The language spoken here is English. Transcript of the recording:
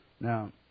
Now